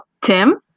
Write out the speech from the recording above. Tim